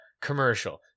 commercial